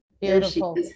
beautiful